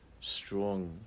strong